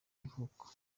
ivuko